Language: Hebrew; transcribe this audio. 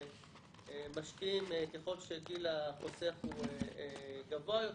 ככל שגיל החוסך הוא גבוה יותר,